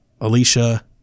Alicia